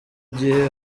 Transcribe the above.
gihe